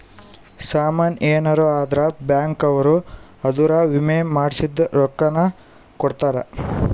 ಸಾಮನ್ ಯೆನರ ಅದ್ರ ಬ್ಯಾಂಕ್ ಅವ್ರು ಅದುರ್ ವಿಮೆ ಮಾಡ್ಸಿದ್ ರೊಕ್ಲ ಕೋಡ್ತಾರ